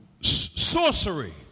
Sorcery